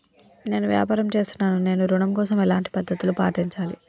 నేను వ్యాపారం చేస్తున్నాను నేను ఋణం కోసం ఎలాంటి పద్దతులు పాటించాలి?